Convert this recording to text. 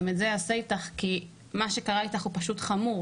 את זה אעשה איתך כי מה שקרה איתך הוא פשוט חמור.